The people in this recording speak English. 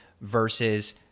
versus